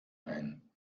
ein